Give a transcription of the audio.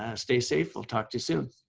ah stay safe. we'll talk to you soon.